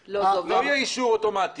שיהיה אישור אוטומטי